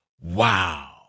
Wow